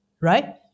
right